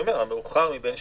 המאוחר מבין שניהם.